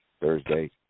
Thursday